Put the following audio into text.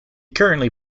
currently